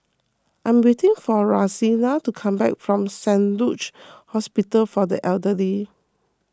I am waiting for Rosina to come back from Saint Luke's Hospital for the Elderly